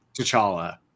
T'Challa